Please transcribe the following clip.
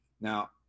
now